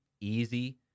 easy